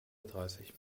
dreißig